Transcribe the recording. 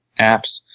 apps